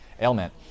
ailment